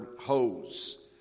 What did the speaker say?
hose